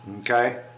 okay